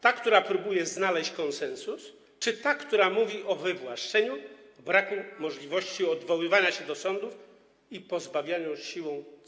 Ta, która próbuje znaleźć konsensus, czy ta, która mówi o wywłaszczeniu, braku możliwości odwoływania się do sądu i pozbawianiu siłą praw?